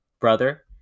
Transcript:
brother